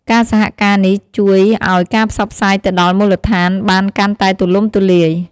ការសហការនេះជួយឱ្យការផ្សព្វផ្សាយទៅដល់មូលដ្ឋានបានកាន់តែទូលំទូលាយ។